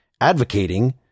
advocating